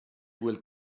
will